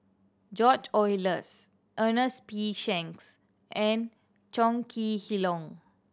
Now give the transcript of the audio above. George Oehlers Ernest P Shanks and Chong Kee